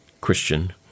Christian